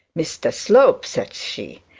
mr slope said she,